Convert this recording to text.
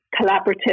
collaborative